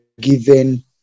given